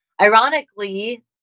ironically